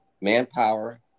manpower